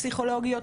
פסיכולוגיות,